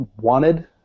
wanted